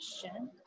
question